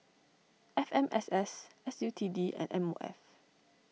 F M S S S U T D and M O F